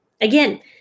again